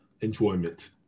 enjoyment